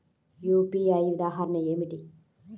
UPI ఉదాహరణ ఏమిటి?